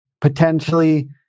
potentially